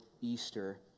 Easter